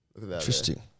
Interesting